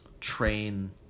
train